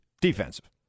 Defensive